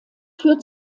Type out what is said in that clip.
führt